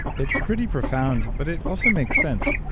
it's pretty profound. but it also makes sense.